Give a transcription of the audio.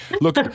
Look